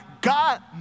God